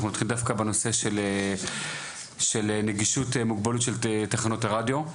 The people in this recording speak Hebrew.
אנחנו נתחיל דווקא בנושא של נגישות מוגבלות של תחנות הרדיו.